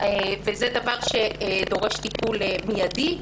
וזה דבר שדורש טיפול מיידי.